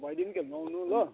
भैलिनी खेल्नु आउनु ल